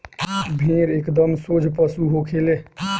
भेड़ एकदम सोझ पशु होखे ले